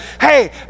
hey